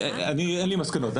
אין מסקנות.